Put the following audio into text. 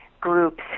groups